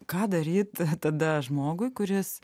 ką daryt tada žmogui kuris